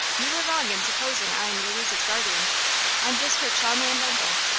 you are wrong in supposing i am louise's guardian i'm just her chum and uncle.